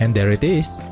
and there it is.